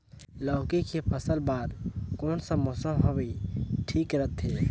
लौकी के फसल बार कोन सा मौसम हवे ठीक रथे?